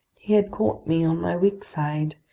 he had caught me on my weak side,